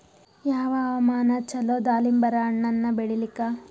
ಯಾವ ಹವಾಮಾನ ಚಲೋ ದಾಲಿಂಬರ ಹಣ್ಣನ್ನ ಬೆಳಿಲಿಕ?